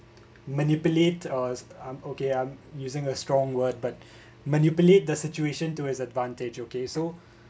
manipulate us I'm okay I'm using a strong word but manipulate the situation to his advantage okay so